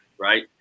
right